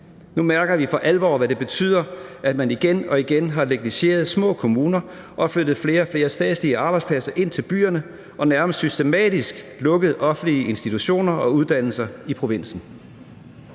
Nu mærker vi for alvor, hvad det betyder, at man igen og igen har negligeret de små kommuner og har flyttet flere og flere statslige arbejdspladser ind til byerne og nærmest systematisk lukket offentlige institutioner og uddannelser i provinsen.